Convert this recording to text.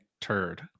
turd